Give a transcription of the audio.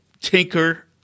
tinker